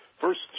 first